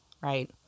right